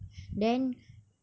then